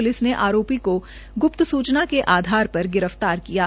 police ने आरोपी को गुप्त सूचना के आधार पर गिरफ्तार किया है